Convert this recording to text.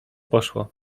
poszło